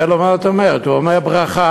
אומר לו: מה זאת אומרת, הוא אומר ברכה.